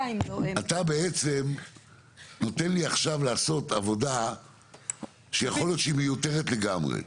אתה בעצם נותן לי עכשיו לעשות עבודה שיכול להיות שהיא מיותרת לגמרי,